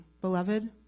beloved